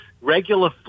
regular